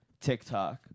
TikTok